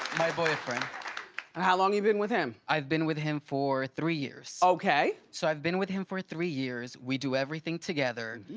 my boyfriend. now and how long you been with him? i've been with him for three years. okay. so i've been with him for three years. we do everything together.